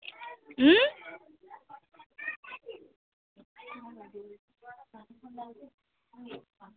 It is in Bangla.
হুম